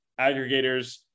aggregators